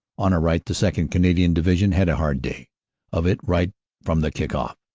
on our right the second. canadian division had a hard day of it right from the kick-off.